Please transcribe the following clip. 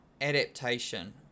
adaptation